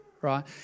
right